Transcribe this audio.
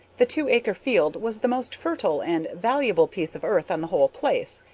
the two-acre field was the most fertile and valuable piece of earth on the whole place.